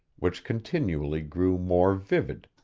which continually grew more vivid,